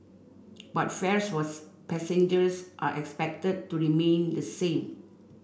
but fares was passengers are expected to remain the same